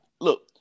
Look